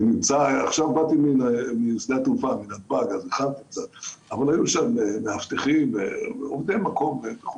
עכשיו באתי משדה התעופה והיו שם מאבטחים ועובדי המקום.